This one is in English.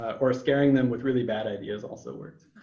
or scaring them with really bad ideas also works.